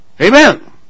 Amen